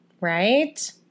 right